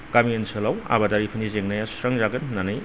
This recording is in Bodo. गामि ओनसोलाव आबादारिफोरनि जेंनाया सुस्रांजागोन होन्नानै